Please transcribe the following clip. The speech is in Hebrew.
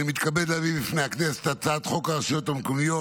אני מתכבד להביא בפני הכנסת את הצעת חוק הרשויות המקומיות